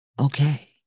okay